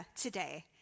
today